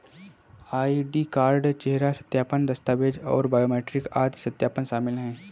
ID card, चेहरा सत्यापन, दस्तावेज़ और बायोमेट्रिक आदि सत्यापन शामिल हैं